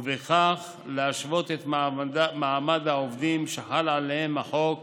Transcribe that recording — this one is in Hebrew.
ובכך להשוות את מעמד העובדים שחל עליהם החוק